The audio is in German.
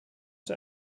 der